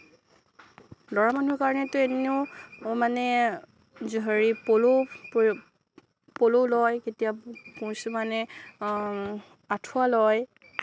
ল'ৰা মানুহৰ কাৰণেটো এনেও হেৰি পলো লয় কেতিয়াবা কিছুমানে আঠুৱা লয়